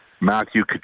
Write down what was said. Matthew